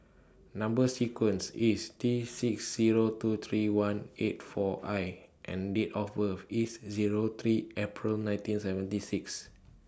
Number sequence IS T six Zero two three one eight four I and Date of birth IS Zero three April nineteen seventy six